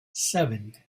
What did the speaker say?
seven